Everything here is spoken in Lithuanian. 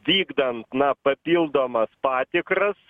vykdant na papildomas patikras